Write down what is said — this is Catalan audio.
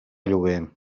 lloguer